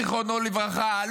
זכרונו לברכה,